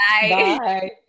Bye